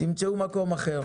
תמצאו מקום אחר.